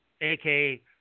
aka